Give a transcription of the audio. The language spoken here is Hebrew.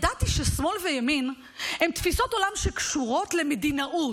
ידעתי ששמאל וימין הם תפיסות עולם שקשורות למדינאות,